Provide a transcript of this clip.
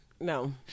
No